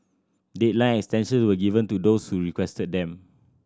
deadline extensions were given to those who requested them